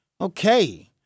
Okay